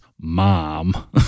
mom